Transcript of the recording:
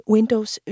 Windows